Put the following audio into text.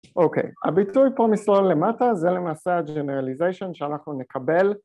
אוקיי הביטוי פה מסלול למטה זה למעשה הג'נרליזיישן שאנחנו נקבל